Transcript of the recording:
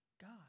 God